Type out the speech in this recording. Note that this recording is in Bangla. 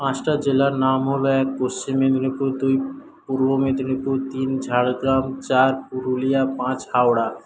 পাঁচটা জেলার নাম হল এক পশ্চিম মেদিনীপুর দুই পূর্ব মেদিনীপুর তিন ঝাড়গ্রাম চার পুরুলিয়া পাঁচ হাওড়া